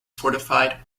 fortified